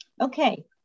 Okay